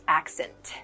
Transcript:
accent